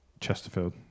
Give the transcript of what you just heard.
Chesterfield